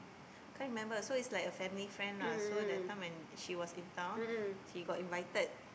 can't remember so it's like a family friend lah so that time when she was in town he got invited